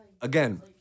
again